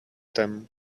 them